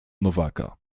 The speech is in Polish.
nowaka